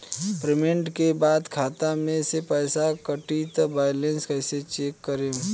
Payment के बाद खाता मे से पैसा कटी त बैलेंस कैसे चेक करेम?